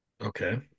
Okay